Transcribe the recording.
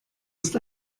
ist